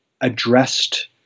addressed